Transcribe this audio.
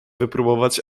wypróbować